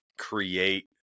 create